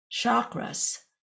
chakras